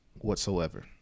whatsoever